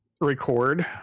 record